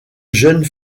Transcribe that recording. jeune